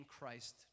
christ